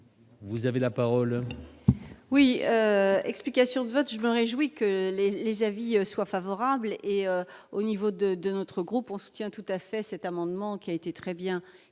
Vous avez la parole. Oui, explications de vote, je me réjouis que les avis soient favorables et au niveau de de notre groupe, on soutient tout à fait cet amendement qui a été très bien et